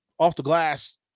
off-the-glass